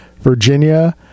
Virginia